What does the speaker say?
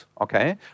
okay